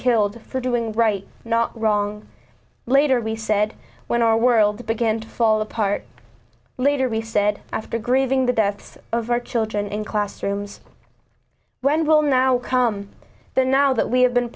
killed for doing right not wrong later we said when our world began to fall apart later we said after grieving the deaths of our children in classrooms when will now come though now that we have been